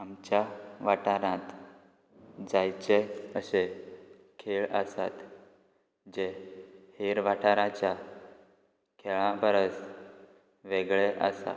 आमच्या वाठारांत जायचे अशें खेळ आसात जे हेर वाठाराच्या खेळां परस वेगळे आसा